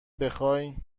بخای